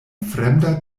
fremda